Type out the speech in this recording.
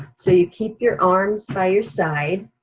so you keep your arms by your side.